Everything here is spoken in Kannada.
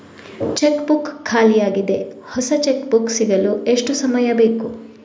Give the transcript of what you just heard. ಚೆಕ್ ಬುಕ್ ಖಾಲಿ ಯಾಗಿದೆ, ಹೊಸ ಚೆಕ್ ಬುಕ್ ಸಿಗಲು ಎಷ್ಟು ಸಮಯ ಬೇಕು?